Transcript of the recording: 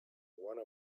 one